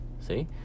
See